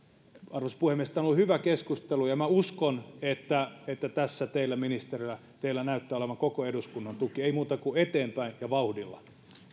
arvoisa puhemies tämä on ollut hyvä keskustelu ja uskon että että tässä teillä ministerillä näyttää oleva koko eduskunnan tuki ei muuta kuin eteenpäin ja vauhdilla